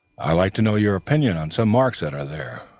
i'd like to know your opinion on some marks that are there.